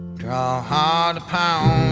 draw hard upon